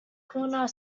corner